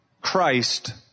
Christ